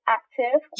active